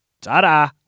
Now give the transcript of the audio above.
Ta-da